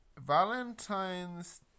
Valentine's